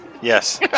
Yes